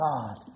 God